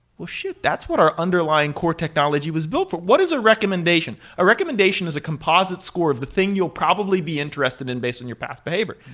shoot! that's what our underlying core technology was built for. what is a recommendation? a recommendation is a composite score of the thing you'll probably be interested in based on your past behavior.